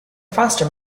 foster